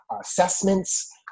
assessments